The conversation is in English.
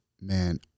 man